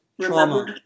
Trauma